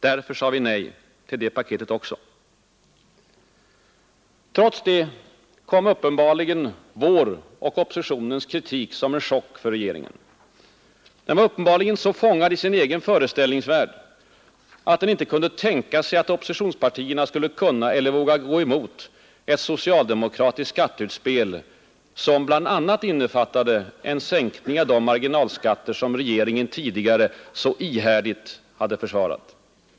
Därför sade vi nej till det paketet också. Trots detta kom tydligen vår och oppositionens kritik som en chock för regeringen. Den var uppenbarligen så fångad i sin egen föreställningsvärld, att den inte kunde tänka sig att oppositionspartierna skulle kunna eller våga gå emot ett socialdemokratiskt skatteutspel som bl.a. innefattade en sänkning av de marginalskatter regeringen tidigare så ihärdigt hade försvarat.